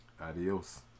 Adios